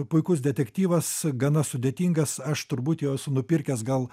puikus detektyvas gana sudėtingas aš turbūt jau esu nupirkęs gal